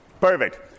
Perfect